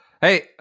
hey